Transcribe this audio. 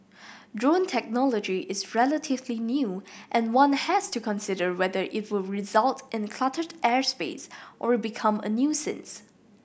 drone technology is relatively new and one has to consider whether it'll result in cluttered airspace or become a nuisance